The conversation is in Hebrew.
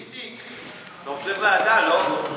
איציק, אתה רוצה ועדה, לא?